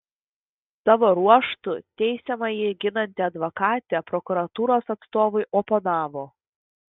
savo ruožtu teisiamąjį ginanti advokatė prokuratūros atstovui oponavo